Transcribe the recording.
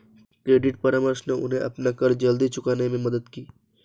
credit परामर्श ने उन्हें अपना कर्ज जल्दी चुकाने में मदद की